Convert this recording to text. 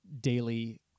daily